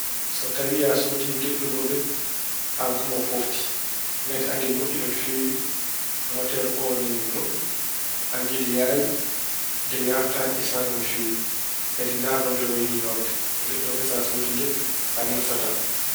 So tawi a soodii, ngel ɗo mobel, aan kam a foofti. Ngati angel moƴƴi no feewi. Moteer oo ina moƴƴi. Angel yaawi. Ngel yarataa isaase no feewi. Kadi ndaar no ngel waw ni yooɗde! Ngel ɗo kay sa soodii ngel a nimsataa.